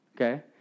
okay